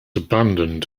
abandoned